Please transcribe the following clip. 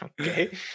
Okay